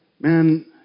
man